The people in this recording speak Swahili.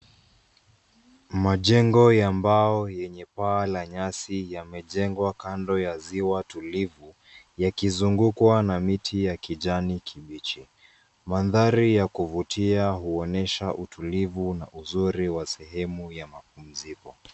Majengo ya mbao yenye paa la nyasi yamejengwa kando ya ziwa tulivu yakizungukwa na miti ya kijani kibichi. Mandhari ya kuvutia huonyesha utulivu na uzuri wa sehemu ya mapumziko.